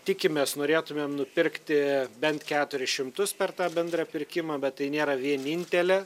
tikimės norėtumėm nupirkti bent keturis šimtus per tą bendrą pirkimą bet tai nėra vienintelė